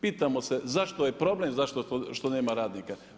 Pitamo se zašto je problem, zašto nema radnika.